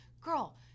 girl